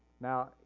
Now